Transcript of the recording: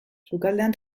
sukaldean